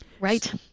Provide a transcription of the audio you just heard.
Right